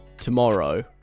tomorrow